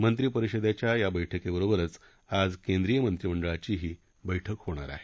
मंत्री परिषदेच्या या बैठकीबरोबरच आज केंद्रीय मंत्रिमंडळाचीही बैठक होणार आहे